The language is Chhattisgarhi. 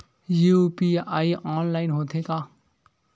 यू.पी.आई ऑनलाइन होथे का?